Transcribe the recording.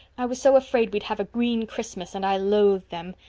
i was so afraid we'd have a green christmas and i loathe them.